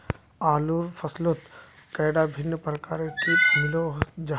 आलूर फसलोत कैडा भिन्न प्रकारेर किट मिलोहो जाहा?